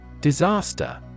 Disaster